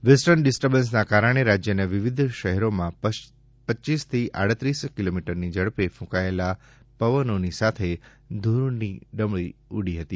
western ડિસ્ટર્બન્સના કારણે રાજયના વિવિધ શહેરોમાં પચ્ચીસ થી સાડત્રીસ કિલોમીટરની ઝડપે ફુંકાયેલા પવનોની સાથે ધુળની ડમરી ઉડી હતી